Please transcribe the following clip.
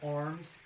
arms